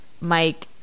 Mike